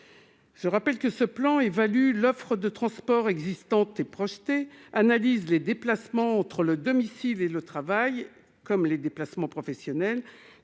Je rappelle que le PDM évalue l'offre de transports existante et projetée, analyse les déplacements entre le domicile et le travail et les déplacements professionnels,